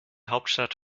hauptstadt